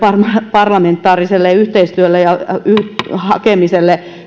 parlamentaariselle yhteistyölle ja yhteisten ratkaisujen hakemiselle